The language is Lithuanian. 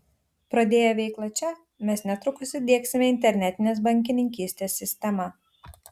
pradėję veiklą čia mes netrukus įdiegsime internetinės bankininkystės sistemą